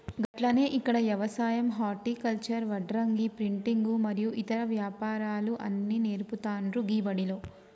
గట్లనే ఇక్కడ యవసాయం హర్టికల్చర్, వడ్రంగి, ప్రింటింగు మరియు ఇతర వ్యాపారాలు అన్ని నేర్పుతాండు గీ బడిలో